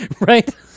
right